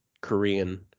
Korean